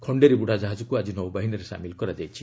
ଖଣ୍ଡେରୀ ବୁଡ଼ାଟ୍ଟାହାଜକୁ ଆଜି ନୌବାହିନୀରେ ସାମିଲ କରାଯାଇଛି